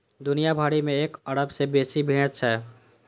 दुनिया भरि मे एक अरब सं बेसी भेड़ छै